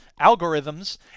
algorithms